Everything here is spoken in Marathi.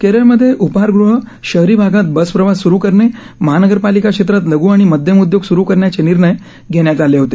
केरळमध्ये उपहारगृह शहरी भागात बस प्रवास सुरू करणे महानगरपालिका क्षेत्रात लघ् आणि मध्यम उदयोग सुरू करण्याचे निर्णय घेण्यात आले होते